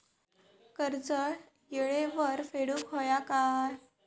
कर्ज येळेवर फेडूक होया काय?